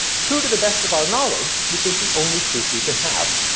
true to the best of our knowledge, which is the only truth we can have.